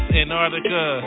Antarctica